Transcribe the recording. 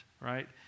right